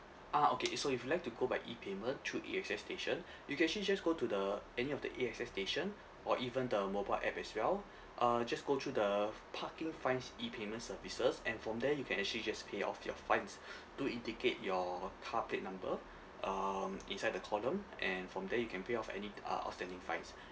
ah okay if so if you'd like to go by E payment through A_X_S station you can actually just go to the any of the A_X_S station or even the mobile app as well uh just go through the parking fines E payment services and from there you can actually just pay off your fines do indicate your car plate number um inside the column and from there you can pay off any ah outstanding fines